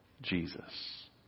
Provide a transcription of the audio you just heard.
Jesus